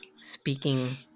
speaking